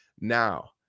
Now